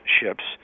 ships